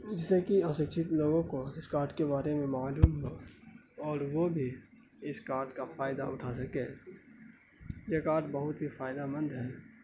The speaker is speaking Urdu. جیسے کہ اسیچھت لوگوں کو اس کارڈ کے بارے میں معلوم اور وہ بھی اس کارڈ کا فائدہ اٹھا سکیں یہ کارڈ بہت ہی فائدہ مند ہے